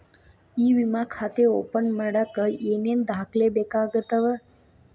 E ವಿಮಾ ಖಾತೆ open ಮಾಡಕ ಏನೇನ್ ದಾಖಲೆ ಬೇಕಾಗತವ